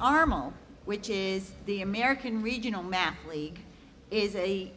army which is the american regional math league is a